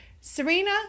Serena